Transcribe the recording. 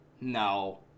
No